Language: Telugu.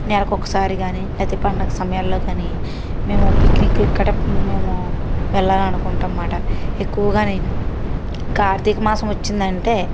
నెలకు ఒకసారి కానీ పండగ సమయాలలో కానీ మేము పిక్నిక్లకి గటా మేము వెళ్ళాలి అనుకుంటాం అన్నమాట ఎక్కువగా కార్తీకమాసం వచ్చిందంటే